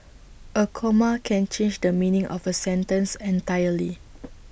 A comma can change the meaning of A sentence entirely